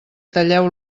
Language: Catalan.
talleu